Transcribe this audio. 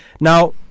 Now